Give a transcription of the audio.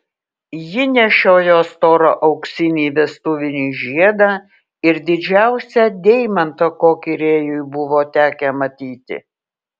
ji nešiojo storą auksinį vestuvinį žiedą ir didžiausią deimantą kokį rėjui buvo tekę matyti